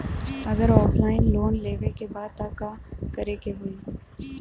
अगर offline loan लेवे के बा त का करे के होयी?